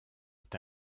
est